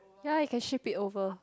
ya you can ship it over